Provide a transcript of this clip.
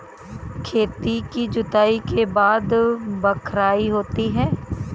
खेती की जुताई के बाद बख्राई होती हैं?